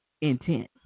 intent